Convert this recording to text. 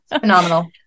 Phenomenal